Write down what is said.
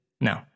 No